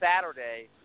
Saturday